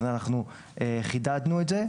אז אנחנו חידדנו את זה.